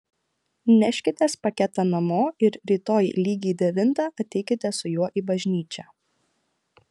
neškitės paketą namo ir rytoj lygiai devintą ateikite su juo į bažnyčią